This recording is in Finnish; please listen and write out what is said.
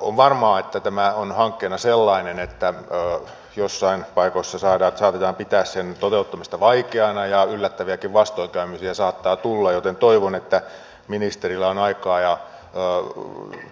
on varmaa että tämä on hankkeena sellainen että joissain paikoissa saatetaan pitää sen toteuttamista vaikeana ja yllättäviäkin vastoinkäymisiä saattaa tulla joten toivon että ministerillä on aikaa ja